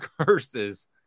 curses